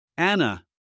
Anna